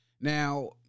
Now